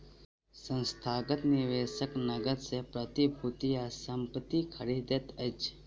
संस्थागत निवेशक नकद सॅ प्रतिभूति आ संपत्ति खरीदैत अछि